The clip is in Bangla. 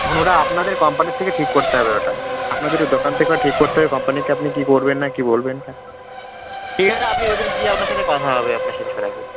তখন ওটা আপনাদের কোম্পানির থেকে ঠিক করতে হবে ওটা আপনাদেরও দোকান থেকেও ঠিক করতে কম্পানিকে আপনি কী করবেন না কী বলবেন তা ঠিক আছে আপনি ওই দিন গিয়ে আপনার সাথে কথা হবে আপনার সাথে সরাসরি